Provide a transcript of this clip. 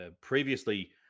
previously